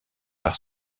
par